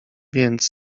więc